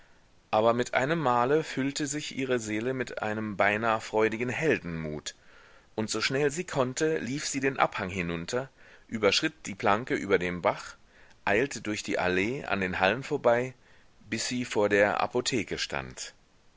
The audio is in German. aber mit einem male füllte sich ihre seele mit einem beinahe freudigen heldenmut und so schnell sie konnte lief sie den abhang hinunter überschritt die planke über dem bach eilte durch die allee an den hallen vorbei bis sie vor der apotheke stand